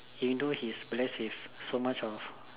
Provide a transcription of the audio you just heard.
he know he's blessed with so much of